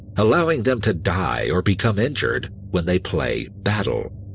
allowing them to die or become injured when they play battle.